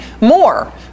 more